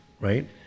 Right